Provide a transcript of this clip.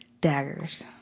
Daggers